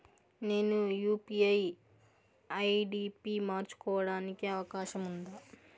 నేను UPI ID పి మార్చుకోవడానికి అవకాశం ఉందా?